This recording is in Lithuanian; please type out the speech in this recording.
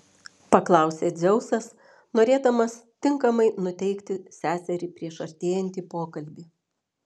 paklausė dzeusas norėdamas tinkamai nuteikti seserį prieš artėjantį pokalbį